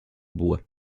bois